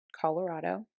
colorado